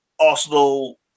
Arsenal